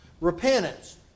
Repentance